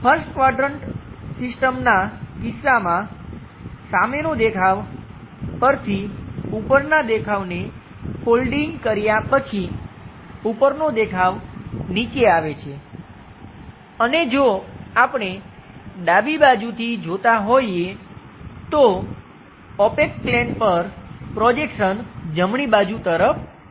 1st quadrant સિસ્ટમના કિસ્સામાં સામેનો દેખાવ પરથી ઉપરના દેખાવને ફોલ્ડિંગ કર્યા પછી ઉપરનો દેખાવ નીચે આવે છે અને જો આપણે ડાબી બાજુથી જોતા હોઈએ તો ઓપેક પ્લેન પર પ્રોજેક્શન જમણી બાજુ તરફ આવે છે